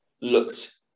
looked